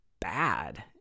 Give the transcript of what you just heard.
bad